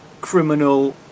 criminal